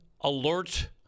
alert